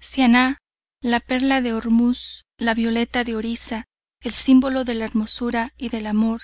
siannah la perla de ormuz la violeta de orisa el símbolo de la hermosura y del amor